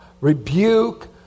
rebuke